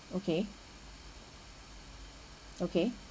okay okay